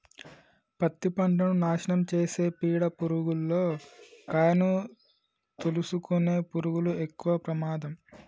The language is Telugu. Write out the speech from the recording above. పత్తి పంటను నాశనం చేసే పీడ పురుగుల్లో కాయను తోలుసుకునే పురుగులు ఎక్కవ ప్రమాదం